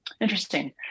Interesting